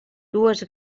dues